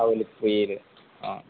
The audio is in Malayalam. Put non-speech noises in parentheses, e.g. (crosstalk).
(unintelligible) ആ